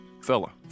Fella